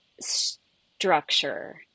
structure